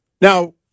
Now